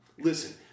Listen